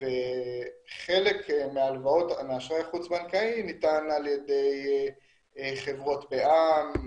וחלק מהאשראי החוץ בנקאי ניתן על ידי חברות בע"מ,